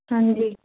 ਹਾਂਜੀ